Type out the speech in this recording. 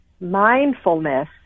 mindfulness